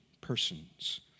persons